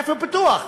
איפה הפיתוח?